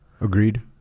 Agreed